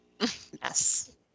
Yes